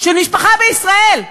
של משפחה בישראל.